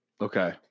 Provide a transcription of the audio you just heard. Okay